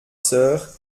sœurs